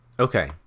Okay